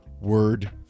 Word